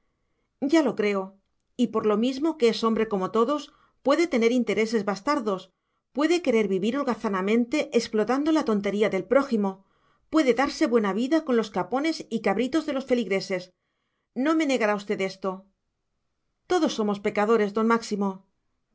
ya lo creo y por lo mismo que es hombre como todos puede tener intereses bastardos puede querer vivir holgazanamente explotando la tontería del prójimo puede darse buena vida con los capones y cabritos de los feligreses no me negará usted esto todos somos pecadores don máximo